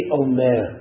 omer